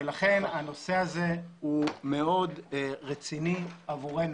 לכן הנושא הזה הוא מאוד רציני עבורנו.